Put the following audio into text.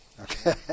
Okay